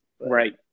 Right